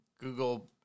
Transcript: Google